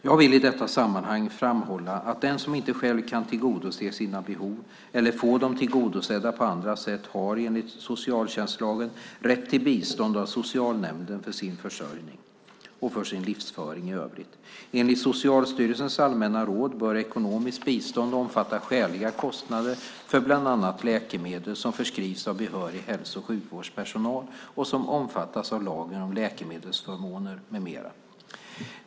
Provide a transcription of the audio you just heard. Jag vill i detta sammanhang framhålla att den som inte själv kan tillgodose sina behov eller få dem tillgodosedda på annat sätt har, enligt socialtjänstlagen, rätt till bistånd av socialnämnden för sin försörjning och för sin livsföring i övrigt. Enligt Socialstyrelsens allmänna råd bör ekonomiskt bistånd omfatta skäliga kostnader för bland annat läkemedel som förskrivits av behörig hälso och sjukvårdspersonal och som omfattas av lagen om läkemedelsförmåner med mera.